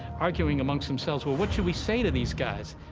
arguing amongst themselves, well, what should we say to these guys?